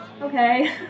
okay